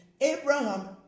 Abraham